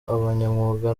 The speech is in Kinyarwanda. abanyamwuga